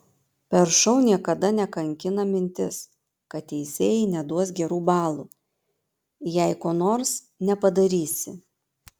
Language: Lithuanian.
per šou niekada nekankina mintis kad teisėjai neduos gerų balų jei ko nors nepadarysi